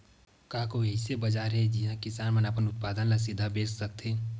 का कोई अइसे बाजार हे जिहां किसान मन अपन उत्पादन ला सीधा बेच सकथे?